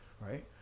right